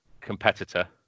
competitor